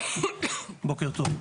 בוקר טוב,